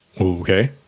Okay